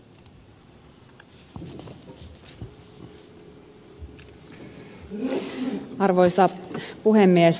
arvoisa puhemies